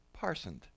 parsoned